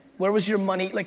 where was your money, like